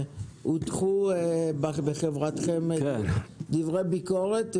הוטחו בחברתכם דברי ביקורת,